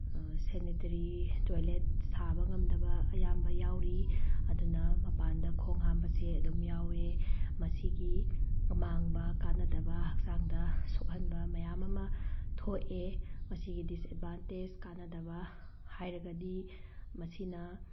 sanitary toilet ꯁꯥꯕ ꯉꯝꯗꯕ ꯑꯌꯥꯝꯕ ꯌꯥꯎꯔꯤ ꯑꯗꯨꯅ ꯃꯄꯥꯟꯗ ꯈꯣꯡ ꯍꯥꯝꯕꯁꯦ ꯑꯗꯨꯝ ꯌꯥꯎꯋꯦ ꯃꯁꯤꯒꯤ ꯑꯃꯥꯡꯕ ꯀꯥꯟꯅꯗꯕ ꯍꯛꯆꯥꯡꯗ ꯁꯣꯛꯍꯟꯕ ꯃꯌꯥꯝ ꯑꯃ ꯊꯣꯛꯑꯦ ꯃꯁꯤꯒꯤ ꯗꯤꯁꯑꯦꯠꯕꯥꯟꯇꯦꯁ ꯀꯥꯟꯅꯗꯕ ꯍꯥꯏꯔꯒꯗꯤ ꯃꯁꯤꯅ